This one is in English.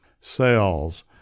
cells